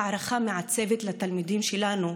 הערכה מעצבת לתלמידים שלנו,